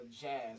Jazz